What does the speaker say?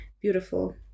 beautiful